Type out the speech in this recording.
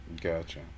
gotcha